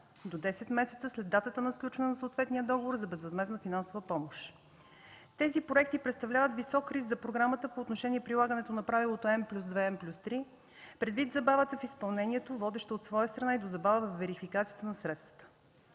до 10 месеца след датата на сключване на съответния договор за безвъзмездна финансова помощ. Тези проекти представляват висок риск за програмата по отношение при влагането на правилото N+2/N+3 предвид забавянето в изпълнението, водеща от своя страна и до забавяне във верификацията на средства.